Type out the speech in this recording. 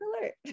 alert